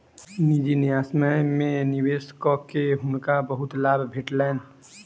निजी न्यायसम्य में निवेश कअ के हुनका बहुत लाभ भेटलैन